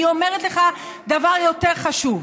אני אומרת לך דבר יותר חשוב: